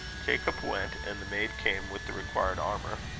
jacob went and the maid came with the required armour.